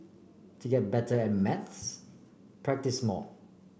to get better at maths practise more